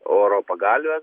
oro pagalvę